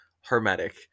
hermetic